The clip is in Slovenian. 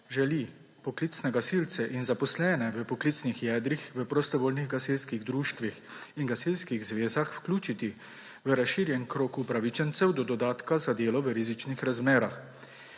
želi poklicne gasilce in zaposlene v poklicnih jedrih v prostovoljnih gasilskih društvih in gasilskih zvezah vključiti v razširjen krog upravičencev do dodatka za delo v rizičnih razmerah.